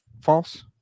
false